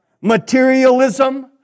materialism